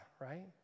right